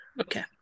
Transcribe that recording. okay